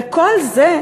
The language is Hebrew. ואת כל זה,